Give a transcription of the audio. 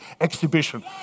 exhibition